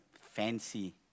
fancy